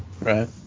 Right